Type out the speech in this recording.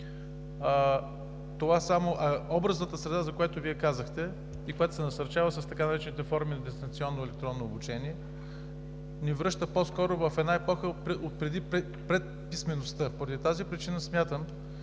образната среда, за която Вие казахте и която се насърчава с така наречените форми на дистанционно и електронно обучение, ни връща по-скоро в една епоха отпреди писмеността. Поради тази причина смятам,